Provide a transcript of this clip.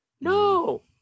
No